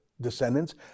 descendants